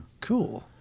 Cool